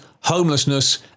homelessness